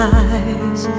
eyes